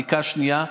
בדיקה שנייה.